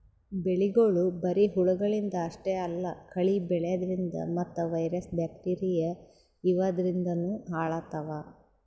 ಬೆಳಿಗೊಳ್ ಬರಿ ಹುಳಗಳಿಂದ್ ಅಷ್ಟೇ ಅಲ್ಲಾ ಕಳಿ ಬೆಳ್ಯಾದ್ರಿನ್ದ ಮತ್ತ್ ವೈರಸ್ ಬ್ಯಾಕ್ಟೀರಿಯಾ ಇವಾದ್ರಿನ್ದನೂ ಹಾಳಾತವ್